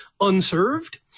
unserved